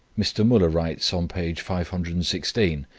mr. muller writes on p. five hundred and sixteen,